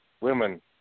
women